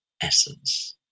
essence